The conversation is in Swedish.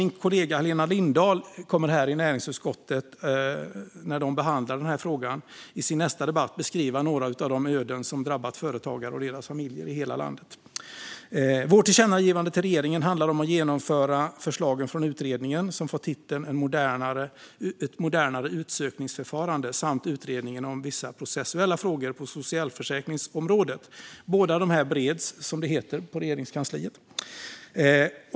Min kollega Helena Lindahl kommer när näringsutskottet behandlar den här frågan i sin nästa debatt att beskriva några av de öden som drabbat företagare och deras familjer i hela landet. Det tillkännagivande till regeringen som vi föreslår handlar om att genomföra förslagen från utredningen som fått titeln Ett modernare utsökningsförfarande samt utredningen V issa processuella frågor på socialförsäkringsområdet . Båda dessa bereds, som det heter, på Regeringskansliet.